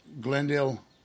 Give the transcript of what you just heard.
Glendale